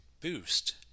Boost